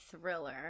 thriller